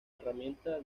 herramienta